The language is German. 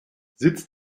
sitz